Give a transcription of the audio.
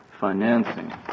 financing